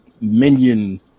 minion